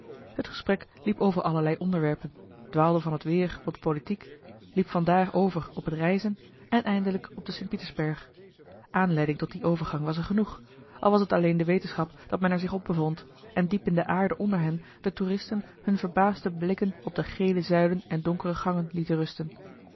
het gesprek liep over allerlei onderwerpen dwaalde van het weer op de politiek liep vandaar over op het reizen en eindelijk op den st pietersberg aanleiding tot dien overgang was er genoeg al was het alleen de wetenschap dat men er zich op bevond en diep in de aarde onder hen de toeristen hunne verbaasde blikken op de gele zuilen en donkere gangen lieten rusten